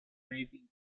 moving